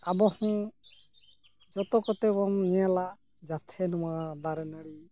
ᱟᱵᱚ ᱦᱚᱸ ᱡᱚᱛᱚ ᱠᱚᱛᱮᱵᱚᱱ ᱧᱮᱞᱟ ᱡᱟᱛᱮ ᱱᱚᱣᱟ ᱫᱟᱨᱮ ᱱᱟᱲᱤ